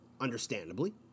understandably